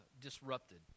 disrupted